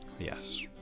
Yes